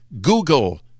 Google